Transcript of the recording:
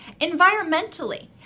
environmentally